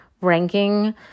ranking